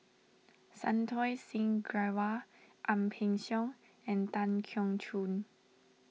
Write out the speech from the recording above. Santokh Singh Grewal Ang Peng Siong and Tan Keong Choon